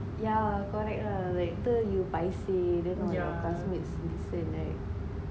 yeah correct lah better you by say then all your classmates listen right